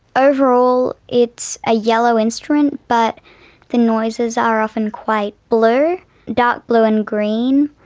overall it's a yellow instrument, but the noises are often quite blue dark blue and green.